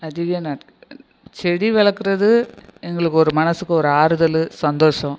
அதிக நான் செடி வளர்க்குறது எங்களுக்கு ஒரு மனசுக்கு ஒரு ஆறுதல் சந்தோஷம்